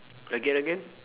again again